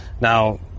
Now